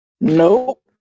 Nope